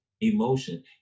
emotion